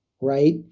right